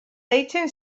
deitzen